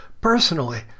Personally